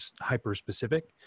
hyper-specific